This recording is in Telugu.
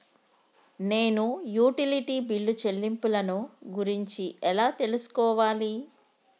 నేను యుటిలిటీ బిల్లు చెల్లింపులను గురించి ఎలా తెలుసుకోవాలి?